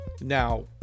Now